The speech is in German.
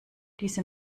diese